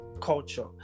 culture